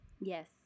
Yes